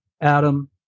adam